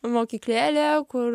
mokyklėlė kur